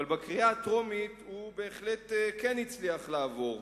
אבל בקריאה הטרומית הוא בהחלט כן הצליח לעבור.